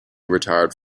retired